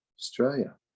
australia